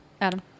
Adam